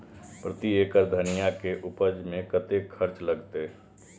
प्रति एकड़ धनिया के उपज में कतेक खर्चा लगते?